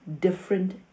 different